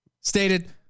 stated